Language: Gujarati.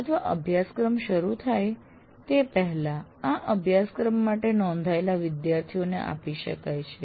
અથવા અભ્યાસક્રમ શરૂ થાય તે પહેલા આ અભ્યાસક્રમ માટે નોંધાયેલા વિદ્યાર્થીઓને આપી શકાય છે